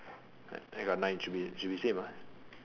I I got nine should be should be same ah